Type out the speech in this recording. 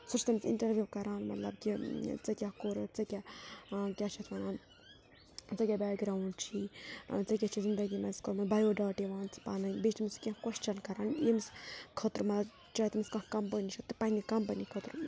سۄ چھِ تٔمِس اِنٹَروِو کَران مطلب کہِ ژےٚ کیٛاہ کوٚرُکھ ژےٚ کیٛاہ کیٛاہ چھِ اَتھ وَنان ژےٚ کیٛاہ بیک گرٛاوُنٛڈ چھی ژےٚ کیٛاہ چھی زِندَگی منٛز کوٚرمُت بَیو ڈاٹا وَن ژٕ پَنٕنۍ بیٚیہِ چھِ تٔمِس کینٛہہ کوسچَن کَران ییٚمِس خٲطرٕ چاہے تٔمِس کانٛہہ کَمپٔنی چھِ تہٕ پنٛنہِ کَمپٔنی خٲطرٕ